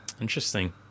Interesting